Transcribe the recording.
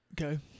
Okay